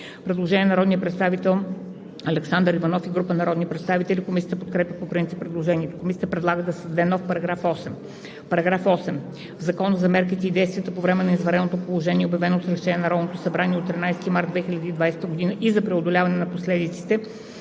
Предложение на народния представител Александър Иванов и група народни представители. Комисията подкрепя по принцип предложението. Комисията предлага да се създаде нов § 8: „§ 8. В Закона за мерките и действията по време на извънредното положение, обявено с решение на Народното събрание от 13 март 2020 г., и за преодоляване на последиците